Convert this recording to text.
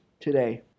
today